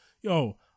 yo